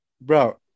Bro